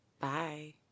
Bye